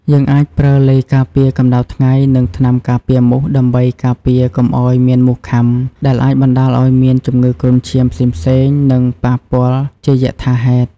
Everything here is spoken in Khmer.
យើងអាចប្រើឡេការពារកំដៅថ្ងៃនិងថ្នាំការពារមូសដើម្បីការពារកុំឲ្យមានមូសខាំដែលអាចបណ្តាលឲ្យមានជំនឺគ្រុនឈាមផ្សេងៗនិងប៉ះពាលជាយថាហេតុ។